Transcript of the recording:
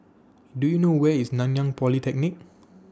Do YOU know Where IS Nanyang Polytechnic